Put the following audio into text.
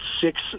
six